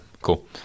Cool